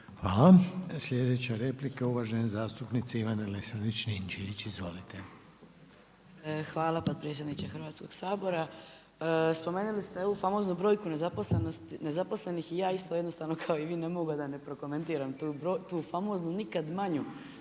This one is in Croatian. Hvala. Sljedeća replika, uvažena zastupnica Ivana Lesaandrić-Ninčević. Izvolite. **Ninčević-Lesandrić, Ivana (MOST)** Hvala potpredsjedniče Hrvatskog sabora. Spomenuli ste ovu famoznu brojku nezaposlenih i ja isto jednako kao i vi ne mogu a da ne prokomentiram tu famoznu nikad manju